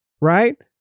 right